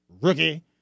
Rookie